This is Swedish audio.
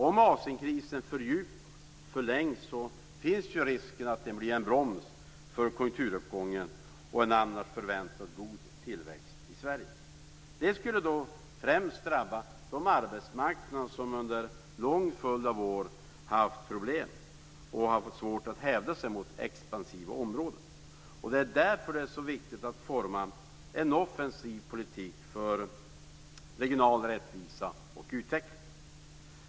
Om Asienkrisen fördjupas och förlängs finns risken att den blir en broms för konjunkturuppgången och en annars förväntad god tillväxt i Sverige. Det skulle då främst drabba de arbetsmarknader som under en lång följd av år har haft problem och har haft svårt att hävda sig mot expansiva områden. Därför är det så viktigt att man formar en offensiv politik för regional rättvisa och utveckling.